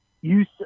use